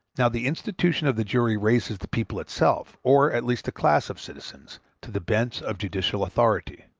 now the institution of the jury raises the people itself, or at least a class of citizens, to the bench of judicial authority.